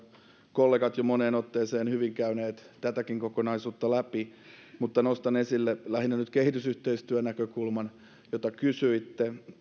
kollegat jo moneen otteeseen hyvin käyneet tätäkin kokonaisuutta läpi mutta nostan nyt esille lähinnä kehitysyhteistyönäkökulman josta kysyitte